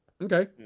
Okay